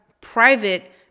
private